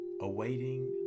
awaiting